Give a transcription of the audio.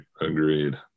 Agreed